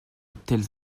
telles